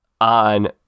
on